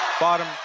Bottom